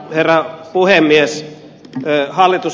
arvoisa herra puhemies